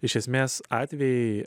iš esmės atvejai